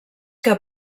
que